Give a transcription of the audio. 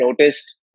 noticed